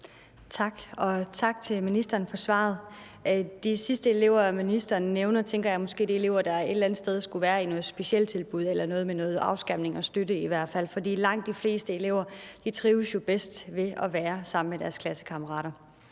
Tak, og tak til ministeren for svaret. I forhold til de sidste elever, ministeren nævner, tænker jeg måske, det er elever, der et eller andet sted skulle være i noget specialtilbud eller i noget med afskærmning og støtte i hvert fald. For langt de fleste elever trives jo bedst med at være sammen med deres klassekammerater.